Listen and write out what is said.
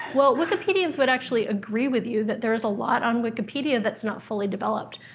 well, wikipedians would actually agree with you that there is a lot on wikipedia that's not fully developed.